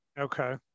okay